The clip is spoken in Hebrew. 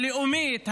הלאומית,